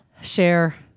Share